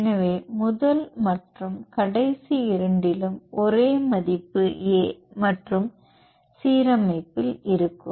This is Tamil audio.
எனவே முதல் மற்றும் கடைசி இரண்டிலும் ஒரே மதிப்பு A மற்றும் சீரமைப்புஇல் இருக்கும்